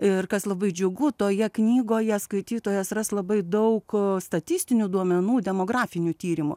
ir kas labai džiugu toje knygoje skaitytojas ras labai daug statistinių duomenų demografinių tyrimų